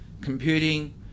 computing